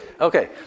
Okay